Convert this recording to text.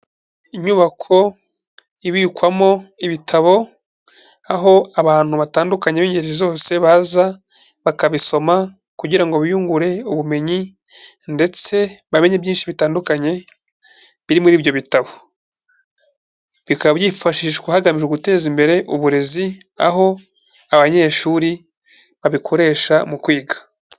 Inyubako ibikwamo ibitabo, aho abantu batandukanye b'ingeri zose baza bakabisoma kugira ngo biyungure ubumenyi ndetse bamenye byinshi bitandukanye biri muri ibyo bitabo, bikaba byifashishwa hagamijwe guteza imbere uburezi, aho abanyeshuri babikoresha mu kwiga.